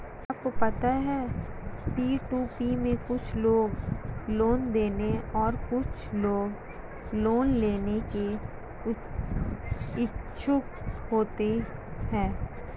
क्या आपको पता है पी.टू.पी में कुछ लोग लोन देने और कुछ लोग लोन लेने के इच्छुक होते हैं?